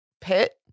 pit